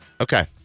Okay